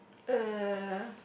uh